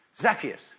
Zacchaeus